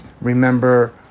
remember